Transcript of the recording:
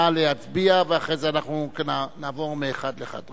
נא להצביע, ואחרי זה אנחנו נעבור מאחד לאחד.